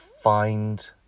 find